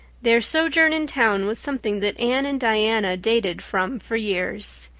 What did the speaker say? their sojourn in town was something that anne and diana dated from for years.